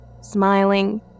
smiling